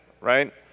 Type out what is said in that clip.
right